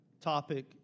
topic